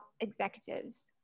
executives